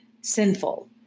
sinful